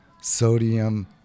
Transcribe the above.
sodium